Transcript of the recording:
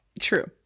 True